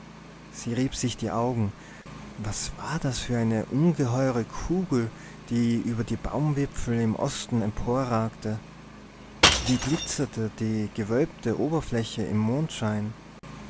sie rieb sich die augen was war das für eine ungeheure kugel die über die baumwipfel im osten emporragte wie glitzerte die gewölbte oberfläche im mondschein